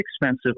expensive